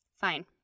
fine